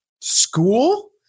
school